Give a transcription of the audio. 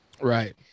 Right